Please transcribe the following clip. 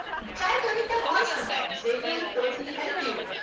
try turning them on sometimes, they will totally help you.